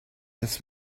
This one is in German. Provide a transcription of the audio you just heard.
das